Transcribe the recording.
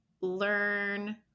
learn